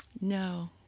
No